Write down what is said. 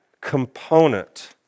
component